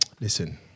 Listen